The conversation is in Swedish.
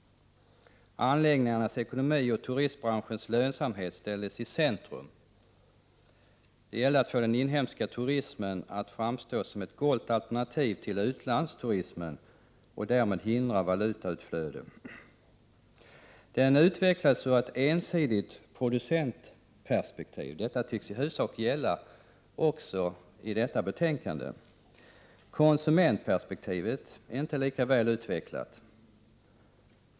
Anläggningarnas ekonomi och turistbranschens lönsamhet ställdes i centrum. Det gällde för den inhemska turismen att framstå som ett gott alternativ till utlandsturismen och därmed hindra valutautflöde. Den utvecklades ur ett ensidigt producentperspektiv — och detta tycks i huvudsak gälla också i det här betänkandet. Konsumentperspektivet är inte lika väl utvecklat.